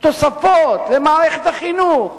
תוספות למערכת החינוך.